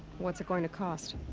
what's it going to cost?